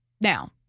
Now